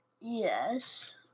Yes